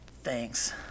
Thanks